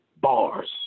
bars